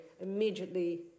immediately